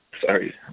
sorry